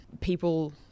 people